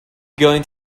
going